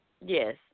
Yes